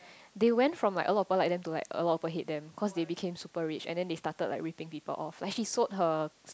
they went from like a lot of people like them to a lot people hate them cause they became super rich and then they started like ripping people off like she sold her